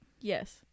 Yes